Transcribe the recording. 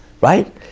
right